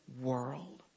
world